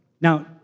Now